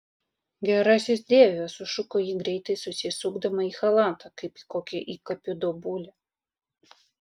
gerasis dieve sušuko ji greitai susisukdama į chalatą kaip į kokią įkapių drobulę